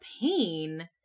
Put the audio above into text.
pain